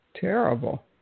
Terrible